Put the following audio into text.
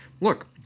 look